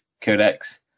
codex